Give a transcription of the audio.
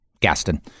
Gaston